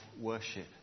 worship